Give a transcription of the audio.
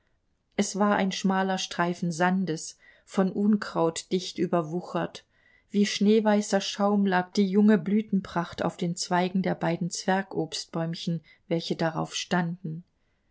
es war ein schmaler streifen sandes von unkraut dicht überwuchert wie schneeweißer schaum lag die junge blütenpracht auf den zweigen der beiden zwergobstbäumchen welche darauf standen